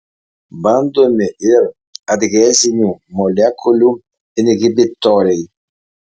bandomi ir adhezinių molekulių inhibitoriai